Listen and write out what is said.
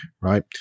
right